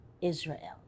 Israel